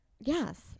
Yes